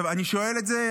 אני שואל את זה,